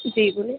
جی بولیے